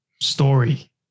story